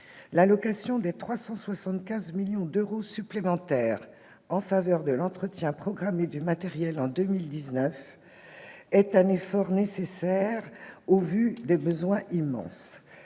L'allocation de 375 millions d'euros supplémentaires en faveur de l'entretien programmé du matériel, en 2019, est un effort nécessaire au regard des besoins immenses